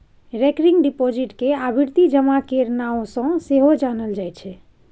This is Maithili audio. रेकरिंग डिपोजिट केँ आवर्ती जमा केर नाओ सँ सेहो जानल जाइ छै